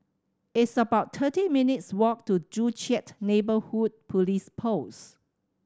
it's about thirty minutes' walk to Joo Chiat Neighbourhood Police Post